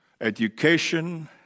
education